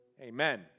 Amen